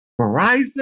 Verizon